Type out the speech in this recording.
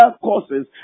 courses